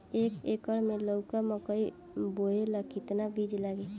एक एकर मे लौका मकई बोवे ला कितना बिज लागी?